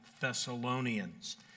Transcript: Thessalonians